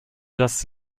das